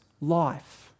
life